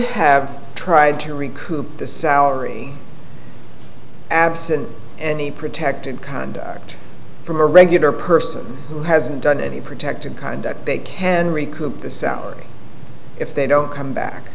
have tried to recoup the salary absent any protected conduct from a regular person who hasn't done any protected kind that they can recoup the salary if they don't come back